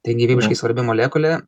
tai gyvybiškai svarbi molekulė